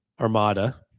Armada